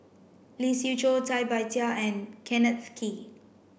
Lee Siew Choh Cai Bixia and Kenneth Kee